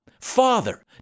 Father